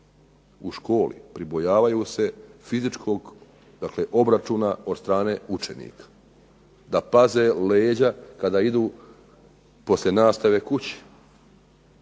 u školi, pribojavaju se fizičkog obračuna od strane učenika, da paze leđa kada idu poslije nastave kući.